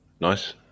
Nice